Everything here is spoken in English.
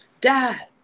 dad